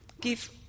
give